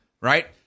right